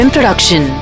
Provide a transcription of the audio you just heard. Production